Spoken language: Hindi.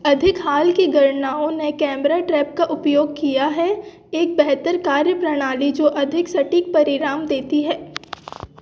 अधिक हाल की गणनाओं ने कैमरा ट्रैप का उपयोग किया है एक बेहतर कार्यप्रणाली जो अधिक सटीक परिणाम देती है